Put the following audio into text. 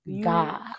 God